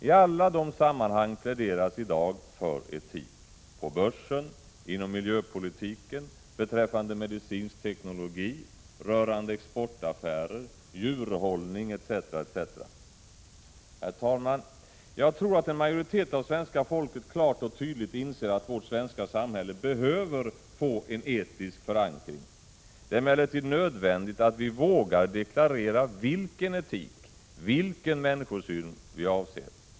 I alla de sammanhang pläderas för etik: på börsen, inom miljöpolitiken, beträffande medicinsk teknologi, rörande exportaffärer, djurhållning etc. Herr talman! Jag tror att en majoritet av svenska folket klart och tydligt inser att vårt svenska samhälle behöver få en etisk förankring. Det är emellertid nödvändigt att vi vågar deklarera vilken etik, vilken människosyn vi avser.